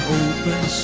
open